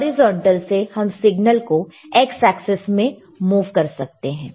horizontal से हम signal को x एक्सेस में मुंव कर सकते हैं